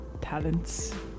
talents